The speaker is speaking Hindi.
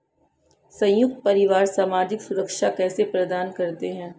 संयुक्त परिवार सामाजिक सुरक्षा कैसे प्रदान करते हैं?